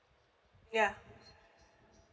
yeah